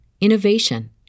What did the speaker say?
innovation